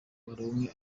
baronke